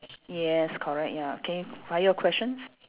yes correct ya okay what your questions